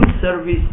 service